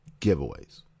giveaways